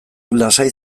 lasai